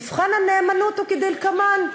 מבחן הנאמנות הוא כדלקמן: